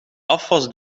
afwas